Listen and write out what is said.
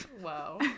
Wow